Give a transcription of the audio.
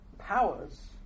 Powers